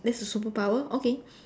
that's your superpower okay